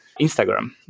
Instagram